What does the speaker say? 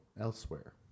elsewhere